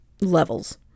levels